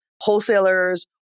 wholesalers